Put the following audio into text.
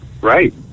right